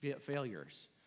failures